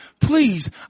please